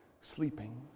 sleeping